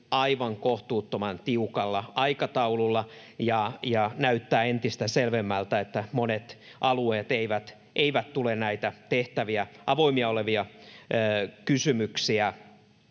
aivan kohtuuttoman tiukalla aikataululla, ja näyttää entistä selvemmältä, että monet alueet eivät ehdi antaa vastausta näihin avoinna oleviin kysymyksiin,